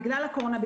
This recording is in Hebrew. בגלל הקורונה,